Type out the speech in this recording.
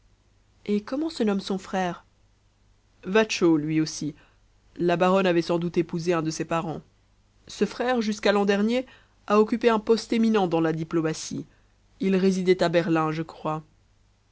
et comment se nomme son frère watchau lui aussi la baronne avait sans doute épousé un de ses parents ce frère jusqu'à l'an dernier a occupé un poste éminent dans la diplomatie il résidait à berlin je crois